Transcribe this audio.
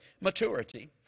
Maturity